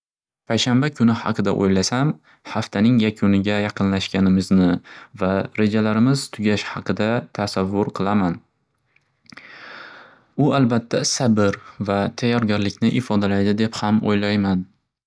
Payshanba kuni haqida o'ylasam, haftaning yakuniga yaqinlashganimizni va rejalarimiz tugash haqida tasavvur qilaman. U albatta sabr va tayyorgarlikni ifodalaydi deb ham o'ylayman.